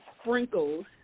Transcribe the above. sprinkles